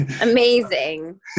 Amazing